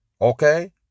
Okay